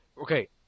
Okay